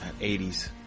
80s